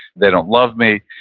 they don't love me.